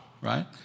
right